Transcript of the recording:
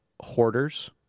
Hoarders